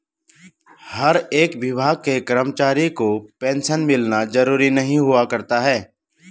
हर एक विभाग के कर्मचारी को पेन्शन मिलना जरूरी नहीं हुआ करता है